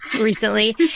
recently